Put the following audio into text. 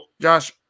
Josh